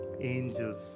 angels